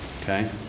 okay